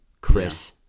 Chris